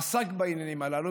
עסק בעניינים הללו,